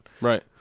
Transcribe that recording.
Right